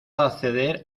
acceder